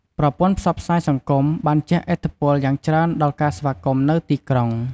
ប្រព័ន្ធផ្សព្វផ្សាយសង្គមបានជះឥទ្ធិពលយ៉ាងច្រើនដល់ ការស្វាគមន៍នៅទីក្រុង។